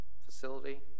facility